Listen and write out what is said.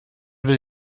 will